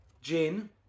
gin